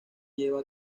lleva